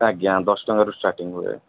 ଆଜ୍ଞା ଦଶ ଟଙ୍କାରୁ ଷ୍ଟାଟିଙ୍ଗ ହୁଏ